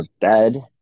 bed